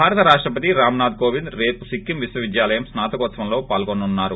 భారత రాష్టాపతి రామ్ నాథ్ కోవింద్ రేపు సిక్కిం విశ్వవిద్యాలయం స్పాతకోత్సవంలో పాల్గొననున్నారు